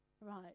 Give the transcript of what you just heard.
Right